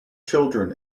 children